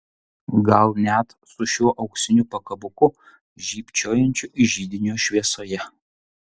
gal net su šiuo auksiniu pakabuku žybčiojančiu židinio šviesoje